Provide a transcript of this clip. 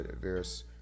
various